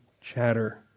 chatter